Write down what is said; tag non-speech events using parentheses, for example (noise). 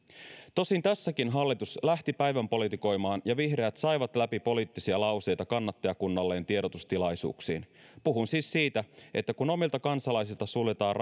tosin tässäkin hallitus lähti päivänpolitikoimaan ja vihreät saivat läpi poliittisia lauseita kannattajakunnalleen tiedotustilaisuuksiin puhun siis siitä että kun omilta kansalaisilta suljetaan (unintelligible)